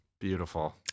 Beautiful